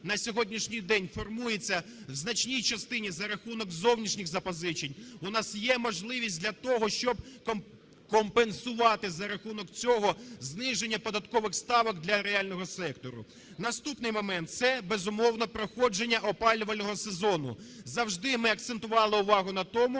на сьогоднішній день формується в значній частині за рахунок зовнішніх запозичень, у нас є можливість для того, щоб компенсувати за рахунок цього зниження податкових ставок для реального сектору. Наступний момент – це, безумовно, проходження опалювального сезону. Завжди ми акцентували увагу на тому,